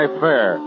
fair